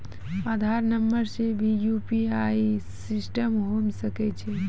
आधार नंबर से भी यु.पी.आई सिस्टम होय सकैय छै?